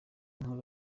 nkuru